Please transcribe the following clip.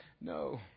No